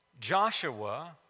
Joshua